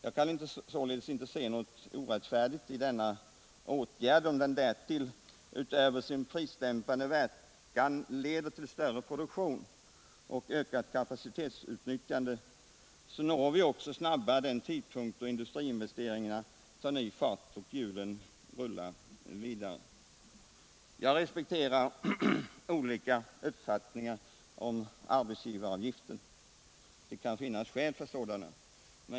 Jag kan således inte se någonting orättfärdigt i denna åtgärd. Om den därtill utöver sin prisdämpande verkan leder till större produktion och ökat kapacitetsutnyttjande så når vi också snabbare den tidpunkt då industriinvesteringarna tar ny fart och hjulen rullar vidare. Jag respekterar olika uppfattningar om arbetsgivaravgiften. Det kan finnas skäl för sådana.